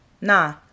Nah